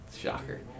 Shocker